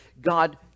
God